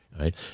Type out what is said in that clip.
right